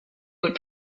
would